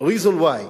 reason why,